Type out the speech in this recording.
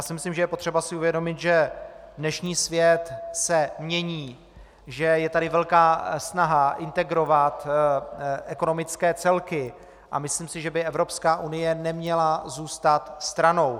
Myslím si, že je potřeba si uvědomit, že dnešní svět se mění, že je tady velká snaha integrovat ekonomické celky, a myslím si, že by Evropská unie neměla zůstat stranou.